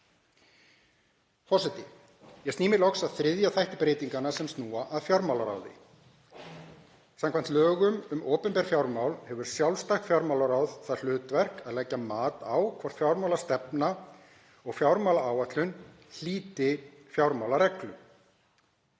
Forseti. Ég sný mér loks að þriðja þætti breytinganna sem snúa að fjármálaráði. Samkvæmt lögunum um opinber fjármál hefur sjálfstætt fjármálaráð það hlutverk að leggja mat á hvort fjármálastefna og fjármálaáætlun hlíti fjármálareglunum.